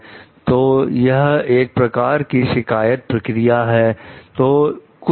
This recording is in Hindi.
तो यह एक प्रकार की शिकायत प्रक्रिया है